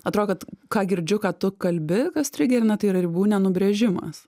atrodo ką girdžiu ką tu kalbi kas trigerina tai yra ribų ne nubrėžimas